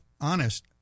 honest